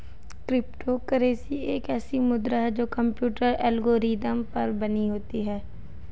crypto currency एक ऐसी मुद्रा है जो कंप्यूटर एल्गोरिदम पर बनी होती है